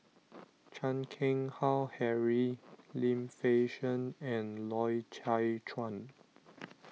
Chan Keng Howe Harry Lim Fei Shen and Loy Chye Chuan